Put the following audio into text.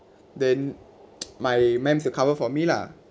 then my ma'ams cover for me lah